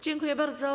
Dziękuję bardzo.